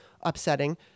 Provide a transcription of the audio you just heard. upsetting